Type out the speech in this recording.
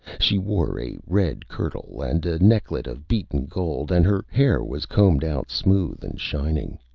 she wore a red kirtle and a necklet of beaten gold, and her hair was combed out smooth and shining.